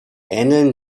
ähneln